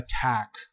attack